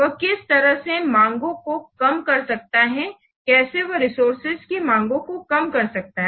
वह किस तरह से माँगों को कम कर सकता है कैसे वह रिसोर्सेज की माँगों को कम से कम कर सकता है